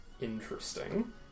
Interesting